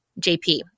JP